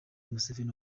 museveni